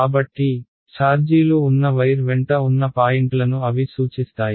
కాబట్టి ఛార్జీలు ఉన్న వైర్ వెంట ఉన్న పాయింట్లను అవి సూచిస్తాయి